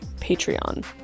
Patreon